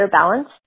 balance